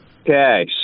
Okay